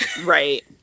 Right